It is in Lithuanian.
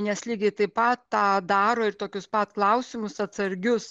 nes lygiai taip pat tą daro ir tokius pat klausimus atsargius